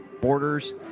borders